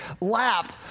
lap